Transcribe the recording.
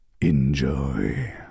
enjoy